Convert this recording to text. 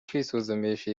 kwisuzumisha